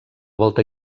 volta